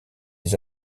les